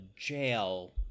jail